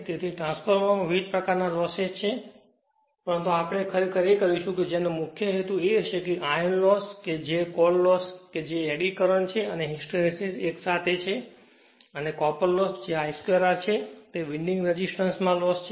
તેથી ટ્રાન્સફોર્મરમાં વિવિધ પ્રકારનાં લોસેસ છે પરંતુ આપણે ખરેખર એ કરીશું કે જેનો મુખ્ય હેતુ એ હશે કે આયર્ન લોસ કે જે કોર લોસ છે જે એડી કરંટ છે અને હિસ્ટ્રેસિસ એક સાથે છે અને કોપર લોસ જે I 2 R છે તે વિન્ડિંગ રેસિસ્ટન્સ માં લોસ છે